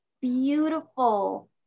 beautiful